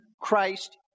Christ